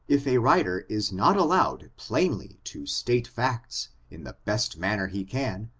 if a writer is not allowed plainly to state facts, in the best manner he can,